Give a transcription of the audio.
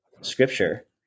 Scripture